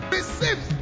Receive